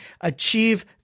achieve